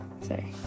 sorry